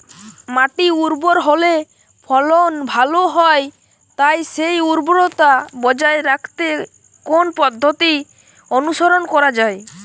মাটি উর্বর হলে ফলন ভালো হয় তাই সেই উর্বরতা বজায় রাখতে কোন পদ্ধতি অনুসরণ করা যায়?